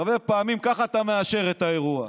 הרבה פעמים אתה מאשר ככה את האירוע.